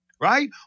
right